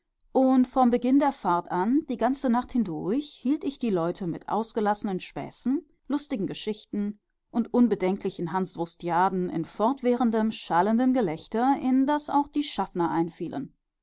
und vom beginn der fahrt an die ganze nacht hindurch hielt ich die leute mit ausgelassenen späßen lustigen geschichten und unbedenklichen hanswurstiaden in fortwährendem schallenden gelächter in das auch die schaffner einfielen